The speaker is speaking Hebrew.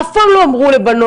אף פעם לא אמרו לבנות,